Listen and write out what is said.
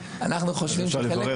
אז אפשר לברר האם --- אנחנו חושבים שחלק